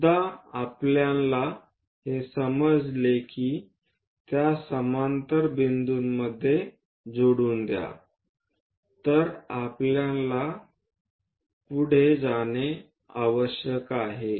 एकदा आपल्याला हे समजले की त्या समांतर बिंदूंमध्ये जोडून द्या तर आपल्याला पुढे जाणे आवश्यक आहे